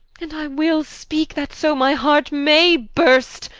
and i will speake, that so my heart may burst.